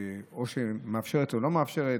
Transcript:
שמאפשרת או שלא מאפשרת,